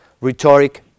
rhetoric